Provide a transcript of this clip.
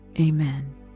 Amen